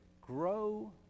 Grow